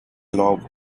law